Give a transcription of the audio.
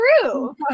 true